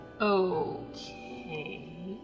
Okay